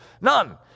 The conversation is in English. none